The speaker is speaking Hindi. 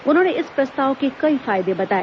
उन्होंने इस प्रस्ताव के कई फायदे बताए